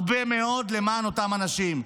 הרבה מאוד, למען אותם אנשים,